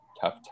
tough